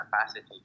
capacity